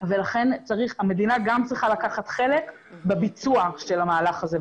ולכן המדינה גם צריכה לקחת חלק בביצוע של המהלך הזה,